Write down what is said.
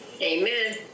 Amen